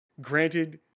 granted